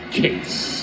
case